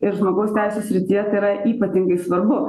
iš žmogaus teisių srityje tai yra ypatingai svarbu